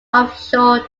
offshore